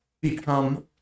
become